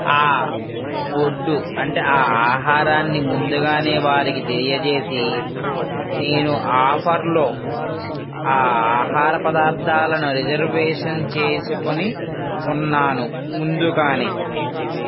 ఆ ఫుడ్డు అంటే ఆ ఆహారాన్ని ముందుగానే వారికి తెలియచేసి నేను ఆఫర్లో ఆ ఆహార పదార్ధాలను రిజర్వేషన్ చేసుకుని ఉన్నాను ముందుగానే